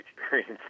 experience